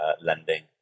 lending